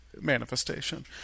manifestation